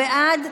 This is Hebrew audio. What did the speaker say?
נגד,